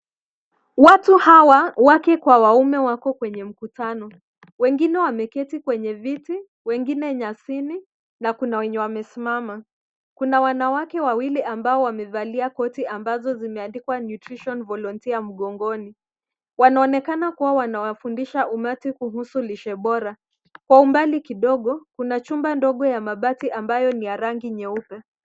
Watu hawa wake kwa wanaume wako kwenye mkutano. Wengine wameketi kwenye viti , wengine nyasini, na kuna wenye wamesimama. Kuna wanawake wawili ambao wamevalia koti ambazo zimeandikwa nutrition volunteer mgongoni. Wanaonekana kuwa wanawafundisha umati kuhusu lishe bora. Kwa umbali kidogo kuna chumba ndogo ya mabati ambayo ni ya rangi nyeupe.